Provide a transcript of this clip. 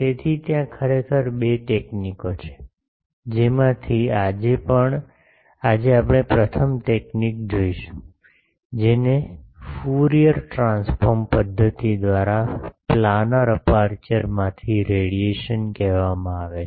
તેથી ત્યાં ખરેખર બે તકનીકો છે જેમાંથી આજે આપણે પ્રથમ તકનીક જોશું જેને ફ્યુરિયર ટ્રાન્સફોર્મ પદ્ધતિ દ્વારા પ્લાનર અપેરચ્યોરમાંથી રેડિયેશન કહેવામાં આવે છે